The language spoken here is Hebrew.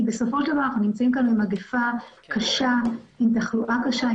כי בסופו של דבר אנחנו נמצאים כאן במגפה קשה עם תחלואה קשה,